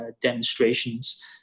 demonstrations